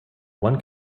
one